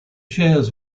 shares